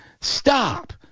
stop